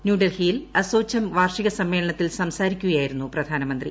ന്യൂഡൽഹിയിൽ അസോച്ചം വാർഷിക സമ്മേളനത്തിൽ സംസാരിക്കുകയായിരുന്നു പ്രധാനമന്ത്രി